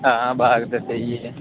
हां बाग ते सेही ऐ